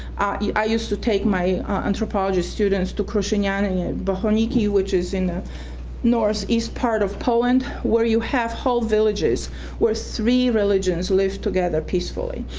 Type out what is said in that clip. i used to take my anthropology students to kruszyniany and bohoniki which is in the north east part of poland where you have whole villages where three religions live together peacefully,